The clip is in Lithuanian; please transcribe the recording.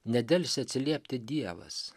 nedelsia atsiliepti dievas